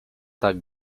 tak